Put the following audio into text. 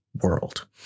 world